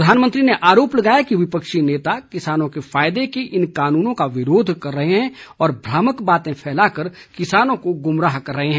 प्रधानमंत्री ने आरोप लगाया कि विपक्षी नेता किसानों के फायदे के इन कानूनों का विरोध कर रहे हैं और भ्रामक बातें फैलाकर किसानों को गुमराह कर रहे हैं